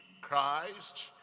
christ